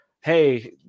hey